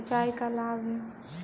सिंचाई का लाभ है?